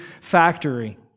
factory